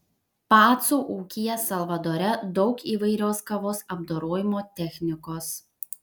pacų ūkyje salvadore daug įvairios kavos apdorojimo technikos